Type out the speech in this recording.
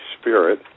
Spirit